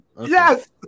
yes